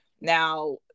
now